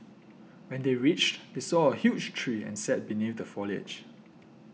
when they reached they saw a huge tree and sat beneath the foliage